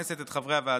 והרפואה,